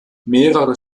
mehrere